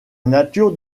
nature